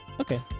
Okay